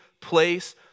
place